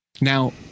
Now